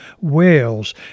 Wales